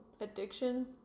Addiction